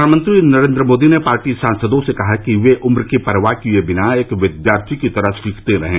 प्रधानमंत्री नरेन्द्र मोदी ने पार्टी सांसदों से कहा कि वे उम्र की परवाह किए बिना एक विद्यार्थी की तरह सीखते रहें